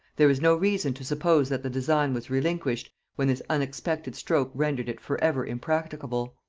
there is no reason to suppose that the design was relinquished, when this unexpected stroke rendered it for ever impracticable.